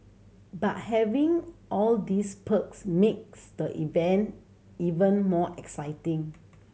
but having all these perks makes the event even more exciting